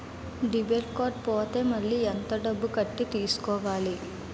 Debit card పోతే మళ్ళీ ఎంత డబ్బు కట్టి తీసుకోవాలి?